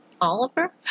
Oliver